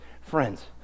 Friends